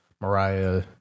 Mariah